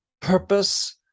purpose